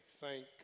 thank